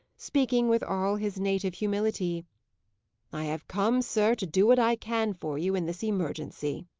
speaking with all his native humility i have come, sir, to do what i can for you in this emergency.